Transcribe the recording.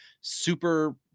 super